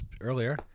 earlier